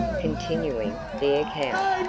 continuing the account.